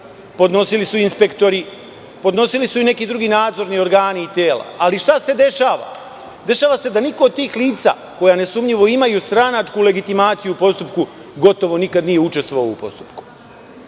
podnosili su inspektori, podnosili su i neki drugi nadzorni organi i tela. Ali, šta se dešava? Dešava se da niko od tih lica, koja nesumnjivo imaju stranačku legitimaciju u postupku, gotovo nikad nije učestvovao u tom postupku.